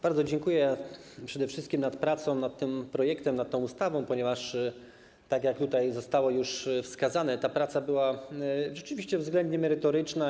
Bardzo dziękuję przede wszystkim za pracę nad tym projektem, ponieważ, tak jak tutaj zostało już wskazane, ta praca była rzeczywiście względnie merytoryczna.